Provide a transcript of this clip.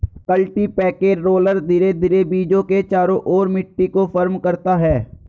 cultipacker roller धीरे धीरे बीजों के चारों ओर मिट्टी को फर्म करता है